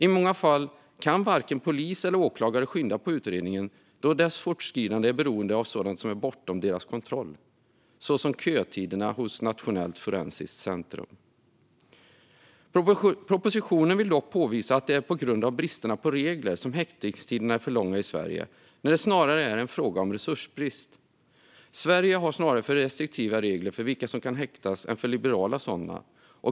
I många fall kan varken polis eller åklagare skynda på utredningen, då dess fortskridande är beroende av sådant som är bortom deras kontroll, såsom kötiderna hos Nationellt forensiskt centrum. Propositionen vill dock påvisa att det är på grund av bristen på regler som häktningstiderna är för långa i Sverige, när det snarare är en fråga om resursbrist. Sverige har snarare för restriktiva regler för vilka som kan häktas än för liberala sådana.